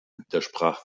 widersprach